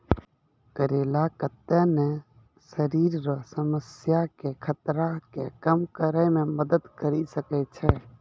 करेला कत्ते ने शरीर रो समस्या के खतरा के कम करै मे मदद करी सकै छै